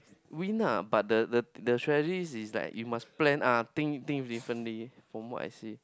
win lah but the the the strategies is like you must plan ah think think differently from what I see